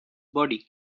body